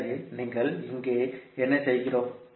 எனவே நாங்கள் இங்கே என்ன செய்கிறோம்